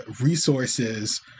resources